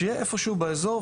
שיהיה איפשהו באזור,